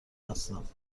هستند